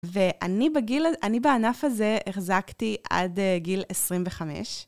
ואני בגיל, אני בענף הזה החזקתי עד גיל 25.